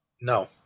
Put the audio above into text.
No